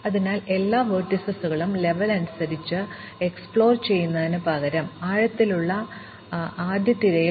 അതിനാൽ എല്ലാ വെർട്ടീസുകളും ലെവൽ അനുസരിച്ച് പര്യവേക്ഷണം ചെയ്യുന്നതിനുപകരം ആഴത്തിലുള്ള ആദ്യ തിരയൽ